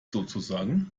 sozusagen